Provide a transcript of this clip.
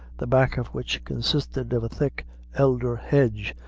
the back of which consisted of a thick elder hedge,